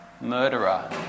murderer